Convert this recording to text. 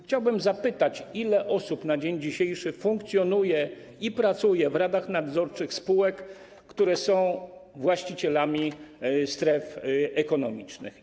Chciałbym zapytać, ile osób na dzień dzisiejszy funkcjonuje i pracuje w radach nadzorczych spółek, które są właścicielami stref ekonomicznych.